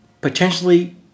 potentially